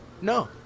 no